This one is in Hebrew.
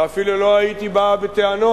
ואפילו לא הייתי בא בטענות